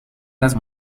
las